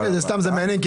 זה מעניין כי